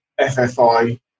FFI